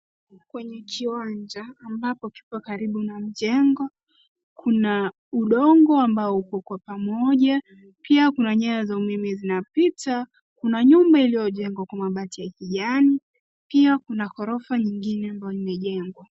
Kwenye kiwanja ambapo kipo karibu na mjengo, kuna udongo ambao uko kwa pamoja, pia kuna nyaya za umeme zinapita, kuna nyumba iliyojengwa kwa mabati ya kijani, pia kuna ghorofa ingine ambayo imejengwa.